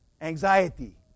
Anxiety